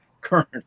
Current